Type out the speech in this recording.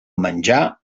menjar